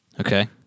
Okay